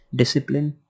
discipline